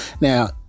Now